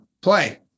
play